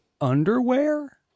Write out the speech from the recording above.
underwear